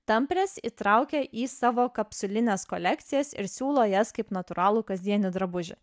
tampres įtraukia į savo kapsulines kolekcijas ir siūlo jas kaip natūralų kasdienį drabužį